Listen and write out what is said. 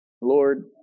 Lord